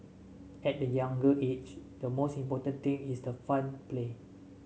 at the younger age the most important thing is the fun play